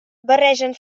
barregen